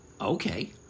okay